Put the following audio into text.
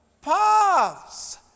paths